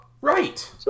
Right